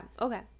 okay